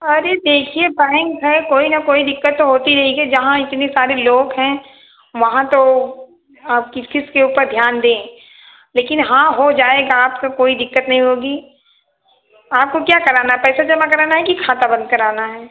अरे देखिए बैंक है कोई न कोई दिक्कत तो होती रहेगी जहाँ इतने सारे लोग हैं वहाँ तो अब किस किस के ऊपर ध्यान दें लेकिन हाँ हो जाएगा आपको कोई दिक्कत नहीं होगी आपको क्या कराना है पैसा जमा कराना है कि खाता बन्द कराना है